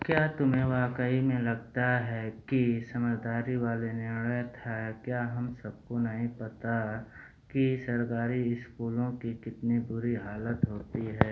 क्या तुम्हें वाक़ई में लगता है कि समझदारी वाला निर्णय था क्या हम सबको नहीं पता कि सरकारी स्कूलों की कितनी बुरी हालत होती है